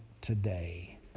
today